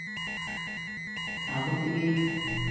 ᱟᱵᱚ ᱛᱮᱜᱮ